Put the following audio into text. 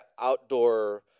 outdoor